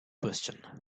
question